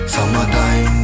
Summertime